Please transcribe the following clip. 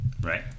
Right